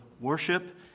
worship